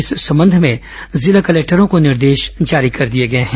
इस संबंध में जिला कलेक्टरों को निर्देश जारी कर दिए गए हैं